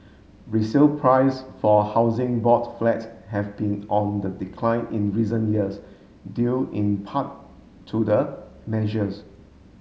resale price for Housing Board flat have been on the decline in recent years due in part to the measures